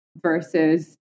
versus